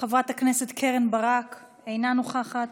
חברת הכנסת קרן ברק, אינה נוכחת,